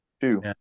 two